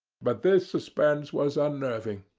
but this suspense was unnerving.